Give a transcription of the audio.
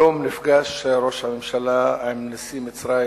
היום נפגש ראש הממשלה עם נשיא מצרים